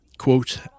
quote